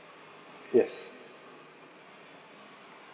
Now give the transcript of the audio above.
yes